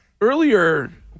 Earlier